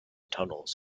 tunnels